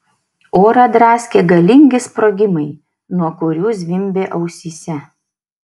orą draskė galingi sprogimai nuo kurių zvimbė ausyse